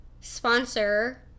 sponsor